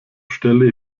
stelle